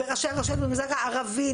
וראשי הרשויות במגזר הערבי,